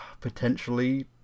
potentially